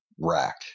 rack